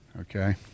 Okay